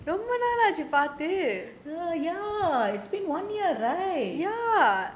ya it's been one year right